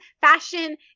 fashion